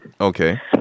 Okay